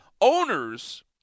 owners